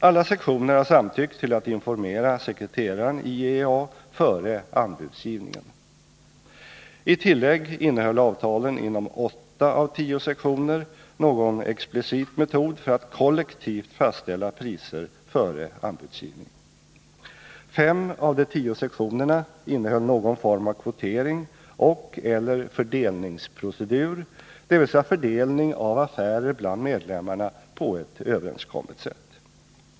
Alla sektioner har samtyckt till att informera sekreteraren i IEA före anbudsgivningen. I tillägg innehöll avtalen inom åtta av tio sektioner någon explicit metod för att kollektivt fastställa priser före anbudsgivning. Fem av de tio sektionerna innehöll någon form av kvotering och/eller fördelningsprocedur, dvs fördelning av affärer bland medlemmarna på ett överenskommet sätt.